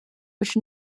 which